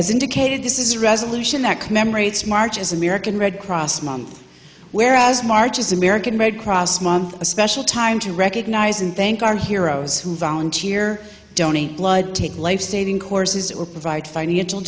as indicated this is a resolution that commemorates marches american red cross month whereas march is american red cross month a special time to recognize and thank our heroes who volunteer donate blood take lifesaving courses or provide financial